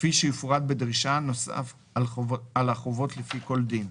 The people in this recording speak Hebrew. כפי שיפורט בדרישה, נוסף על החובות לפי כל דין,